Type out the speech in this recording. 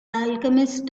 alchemist